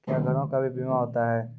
क्या घरों का भी बीमा होता हैं?